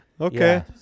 Okay